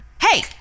Hey